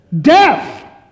Death